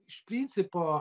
iš principo